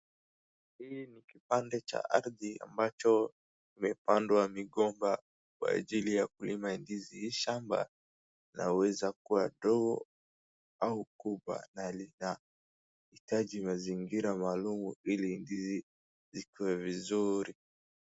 Hii ni kipande cha ardhi ambacho kimepandwa migomba kwa ajili ya kulima ndizi. Hii shamba laweza kuwa dogo au kubwa na linahitaji mazingira maalum ili ndizi zikue vizuri.